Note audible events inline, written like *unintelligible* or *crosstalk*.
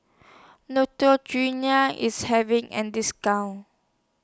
*unintelligible* IS having An discount